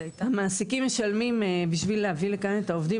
המעסיקים משלמים בשביל להביא לכאן את העובדים,